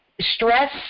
stress